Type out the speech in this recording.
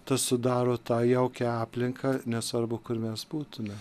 tas sudaro tą jaukią aplinką nesvarbu kur mes būtume